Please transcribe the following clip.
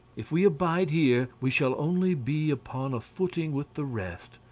if we abide here we shall only be upon a footing with the rest,